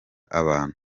abantu